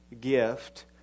gift